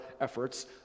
efforts